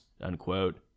unquote